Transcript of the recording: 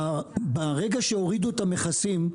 ברגע שהורידו את המכסים,